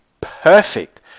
perfect